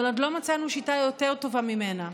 אבל עוד לא מצאנו שיטה טובה ממנה,